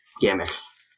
gimmicks